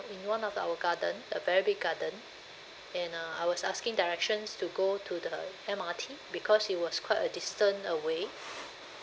in one of our garden a very big garden and uh I was asking directions to go to the M_R_T because it was quite a distance away